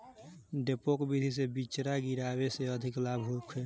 डेपोक विधि से बिचरा गिरावे से अधिक लाभ होखे?